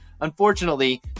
Unfortunately